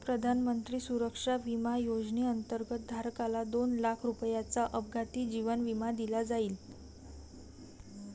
प्रधानमंत्री सुरक्षा विमा योजनेअंतर्गत, धारकाला दोन लाख रुपयांचा अपघाती जीवन विमा दिला जाईल